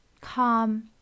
calm